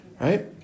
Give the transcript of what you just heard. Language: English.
Right